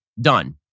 Done